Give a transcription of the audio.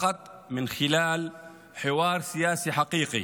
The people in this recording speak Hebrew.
רק בשיח פוליטי אמיתי